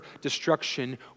destruction